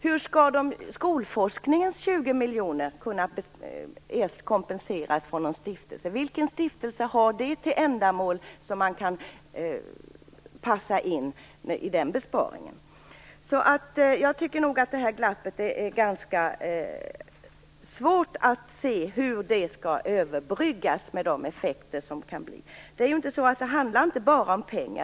Hur skall skolforskningens 20 miljoner kunna kompenseras från en stiftelse? Vilken stiftelse har ett ändamål som passar ihop med den besparingen? Jag tycker det är svårt att se hur det här glappet skall överbryggas, med tanke på de effekter som kan uppstå. Det handlar ju inte bara om pengar.